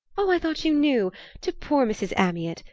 oh, i thought you knew to poor mrs. amyot.